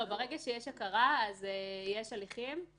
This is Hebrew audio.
ברגע שיש הכרה, יש הליכים.